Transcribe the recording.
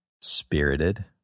spirited